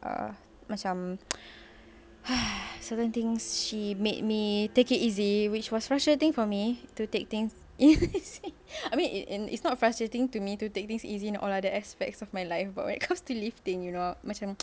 uh macam certain things she made me take it easy which was frustrating for me to take things I mean it it's not frustrating to me to take things easy in all other aspects of my life but when it comes to lifting you know macam